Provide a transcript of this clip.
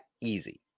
easy